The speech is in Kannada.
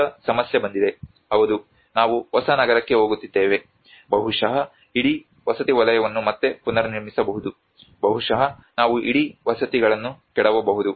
ಈಗ ಸಮಸ್ಯೆ ಬಂದಿದೆ ಹೌದು ನಾವು ಹೊಸ ನಗರಕ್ಕೆ ಹೋಗುತ್ತಿದ್ದೇವೆ ಬಹುಶಃ ಇಡೀ ವಸತಿ ವಲಯವನ್ನು ಮತ್ತೆ ಪುನರ್ನಿರ್ಮಿಸಬಹುದು ಬಹುಶಃ ನಾವು ಇಡೀ ವಸತಿಗಳನ್ನು ಕೆಡವಬಹುದು